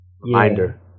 Reminder